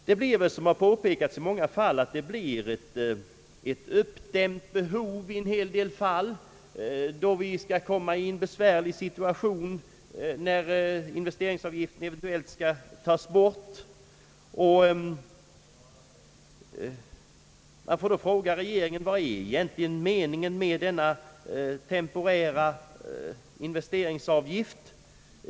Det blir här, som har påpekats många gånger tidigare, ett uppdämt behov, vilket medför en besvärlig situation, när investeringsavgiften eventuellt skall tas bort. Jag vill då fråga regeringen: Vad är egentligen meningen med denna temporära investeringsavgift?